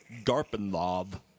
Garpenlob